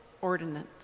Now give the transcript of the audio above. ordinance